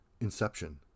Inception